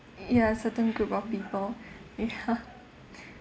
ya certain group of people ya